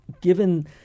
given